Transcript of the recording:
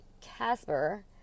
Casper